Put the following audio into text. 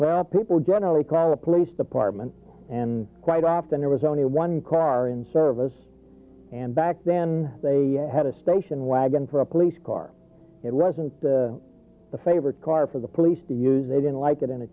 where our people generally call the police department and quite often there was only one car in service and back then they had a station wagon for a police car it wasn't the favored car for the police to use they didn't like it in a